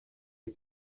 ihn